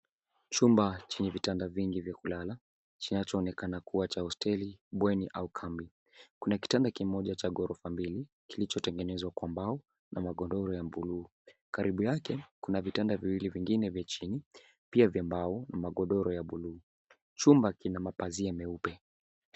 Chumba chenye vitanda vingi vya kulala, kinachoonekana kuwa cha hosteli, bweni au kambi. Kuna kitanda kimoja cha ghorofa mbili, kilichotengenezwa kwa mbao na magodoro ya bluu. Karibu yake kuna vitanda viwili vingine vya chini, pia vya mbao na magodoro ya bluu. Chumba kina mapazia meupe.